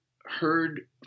heard